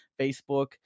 Facebook